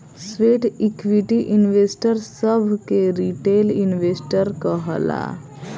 sweat equity investor सभ के retail investor कहाला